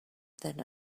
than